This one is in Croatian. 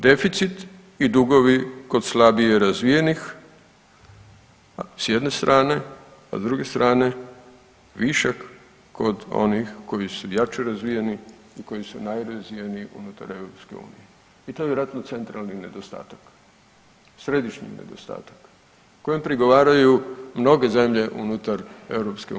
Deficit i dugovi kod slabije razvijenih, s jedne strane, a s druge strane, višak kod onih koji su jače razvijeni i koji su najrazvijeniji unutar EU i to je vjerojatno centralni nedostatak, središnji nedostatak, kojem prigovaraju mnoge zemlje unutar EU.